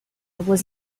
was